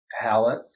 palette